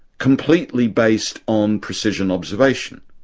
completely based on precision observation.